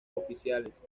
oficiales